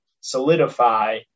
solidify